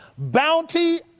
Bounty